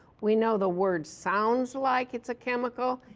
we know the word sounds like it's a chemical.